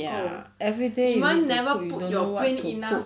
ya everyday we don't know what to cook